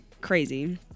Crazy